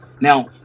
Now